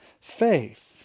faith